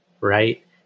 right